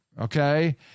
Okay